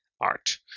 art